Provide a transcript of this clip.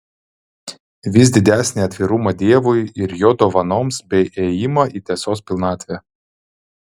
vis didesnį atvirumą dievui ir jo dovanoms bei ėjimą į tiesos pilnatvę